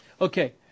Okay